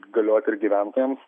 galioti ir gyventojams